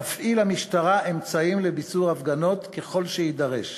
תפעיל המשטרה אמצעים לפיזור הפגנות ככל שיידרש.